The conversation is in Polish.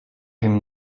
wiem